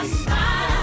smile